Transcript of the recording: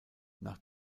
nach